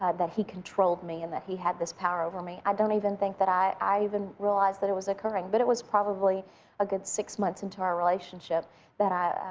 that he controlled me and that he had this power over me. i don't even think that i i even realized that it was occurring. but it was probably a good six months into our relationship that i,